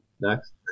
Next